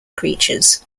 creatures